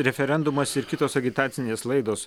referendumas ir kitos agitacinės laidos